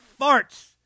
farts